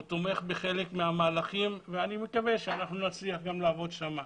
הוא תומך בחלק מהמהלכים ואני מקווה שאנחנו נצליח גם לעבוד שם.